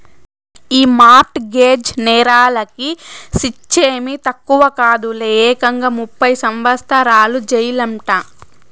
ఈ mortgage నేరాలకి శిచ్చేమీ తక్కువ కాదులే, ఏకంగా ముప్పై సంవత్సరాల జెయిలంట